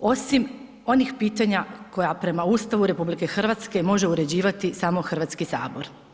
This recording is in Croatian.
osim onih pitanja koja prema Ustavu RH može uređivati samo Hrvatski sabor.